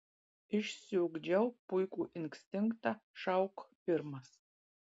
išsiugdžiau puikų instinktą šauk pirmas